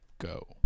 Go